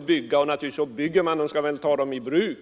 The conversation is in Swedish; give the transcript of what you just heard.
byggas, och bygger man dem skall man naturligtvis ta dem i bruk.